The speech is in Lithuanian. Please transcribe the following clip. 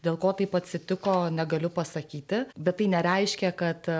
dėl ko taip atsitiko negaliu pasakyti bet tai nereiškia kad